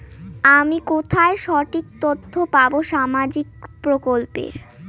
আমি কোথায় সঠিক তথ্য পাবো সামাজিক প্রকল্পের?